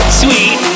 sweet